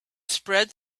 spread